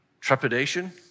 Trepidation